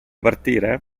partire